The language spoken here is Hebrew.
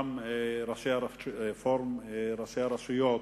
גם פורום ראשי הרשויות,